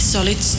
Solid